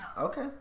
Okay